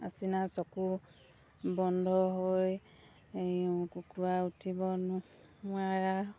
আচিনা চকু বন্ধ হৈ কুকুৰা উঠিব নো নোৱাৰা